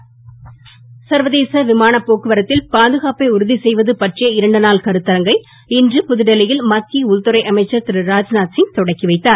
ராத்நாத் சர்வதேச விமான போக்குவரத்தில் பாதுகாப்பை உறுதி செய்வது பற்றிய உ நாள் கருத்தரங்கை இன்று புதுடெல்லியில் மத்திய உள்துறை அமைச்சர் திரு ராஜ்நாத் சிய் தொடக்கி வைத்தார்